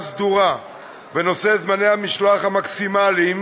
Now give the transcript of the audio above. סדורה בנושא זמני המשלוח המקסימליים